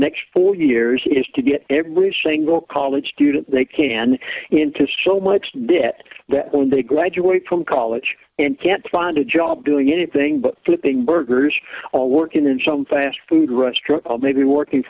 next four years is to get every single college student they can into so much debt that when they graduate from college and can't find a job doing anything but flipping burgers or working in some fast food restaurant maybe working